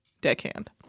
deckhand